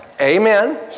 Amen